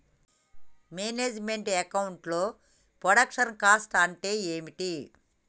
Manage meant account లో production cost అంటే ఏమిటి?